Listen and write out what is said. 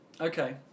Okay